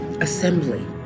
assembly